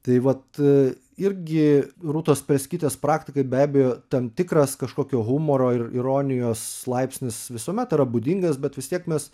tai vat irgi rūtos spelskytės praktikai be abejo tam tikras kažkokio humoro ir ironijos laipsnis visuomet yra būdingas bet vis tiek mes